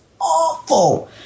awful